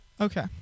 Okay